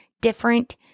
different